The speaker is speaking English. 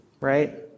right